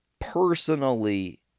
personally